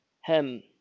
Hem